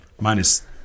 Minus